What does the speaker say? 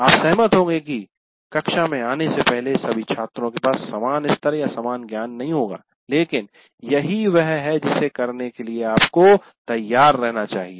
आप सहमत होंगे कि कक्षा में आने से पहले सभी छात्रों के पास समान स्तर या समान ज्ञान नहीं होगा लेकिन यही वह है जिसे करने के लिए आपको तैयार रहना चाहिए